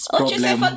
problem